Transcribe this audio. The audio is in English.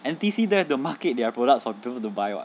N_T_U_C don't to market their products for people to buy [what]